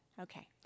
Okay